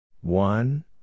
One